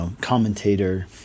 commentator